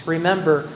Remember